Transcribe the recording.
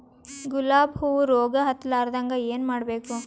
ಗುಲಾಬ್ ಹೂವು ರೋಗ ಹತ್ತಲಾರದಂಗ ಏನು ಮಾಡಬೇಕು?